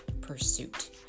pursuit